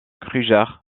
krüger